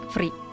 Free